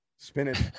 spinach